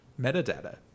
metadata